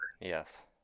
yes